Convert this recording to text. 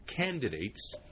candidate's